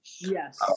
yes